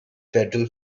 federal